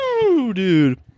Dude